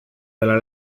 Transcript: della